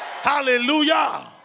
Hallelujah